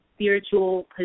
spiritual